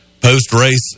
post-race